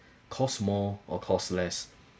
cost more or cost less